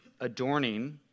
adorning